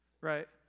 Right